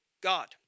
God